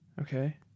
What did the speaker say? Okay